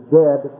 dead